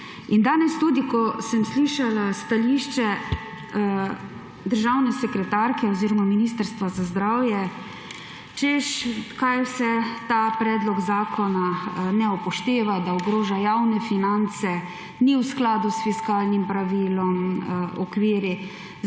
In tudi ko sem danes slišala stališče državne sekretarke oziroma Ministrstva za zdravje, češ česa vse ta predlog zakona ne upošteva, da ogroža javne finance, ni v skladu s fiskalnim pravilom, okviri,